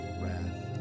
wrath